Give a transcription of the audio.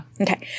Okay